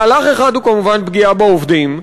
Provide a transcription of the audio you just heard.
מהלך אחד הוא כמובן פגיעה בעובדים,